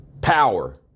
Power